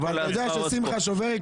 אבל אתה יודע ששמחה שובר עקרונות.